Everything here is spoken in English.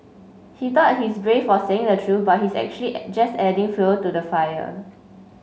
he thought he's brave for saying the truth but he's actually just adding fuel to the fire